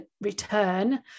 return